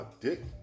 dick